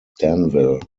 danville